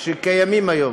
שקיימים היום.